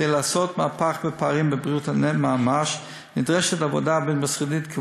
כדי לעשות מהפך של ממש בפערים בבריאות נדרשת עבודה בין-משרדית,